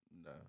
no